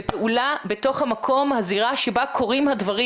לפעולה בתוך הזירה שבה קורים הדברים.